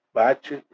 bate